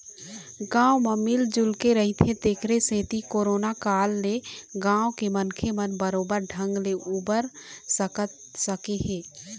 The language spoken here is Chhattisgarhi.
गाँव म मिल जुलके रहिथे तेखरे सेती करोना काल ले गाँव के मनखे मन बरोबर ढंग ले उबर सके हे